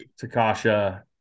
Takasha